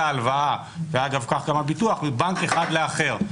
ההלוואה, ואגב כך גם הביטוח, מבנק אחד לאחר.